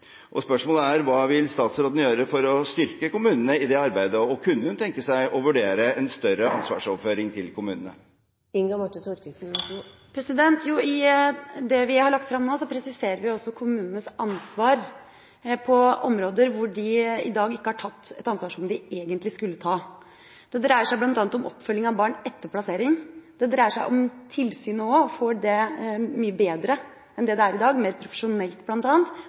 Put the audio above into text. hennes. Spørsmålet er: Hva vil statsråden gjøre for å styrke kommunene i det arbeidet? Kunne hun tenke seg å vurdere en større ansvarsoverføring til kommunene? Jo, i det vi har lagt fram nå, presiserer vi også kommunenes ansvar på områder hvor de i dag ikke har tatt et ansvar, som de egentlig skulle tatt. Det dreier seg bl.a. om oppfølging av barn etter plassering. Det dreier seg også om å gjøre tilsynet mye bedre enn det er i dag – bl.a. gjøre det mer profesjonelt